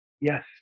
yes